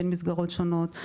בין מסגרות שונות,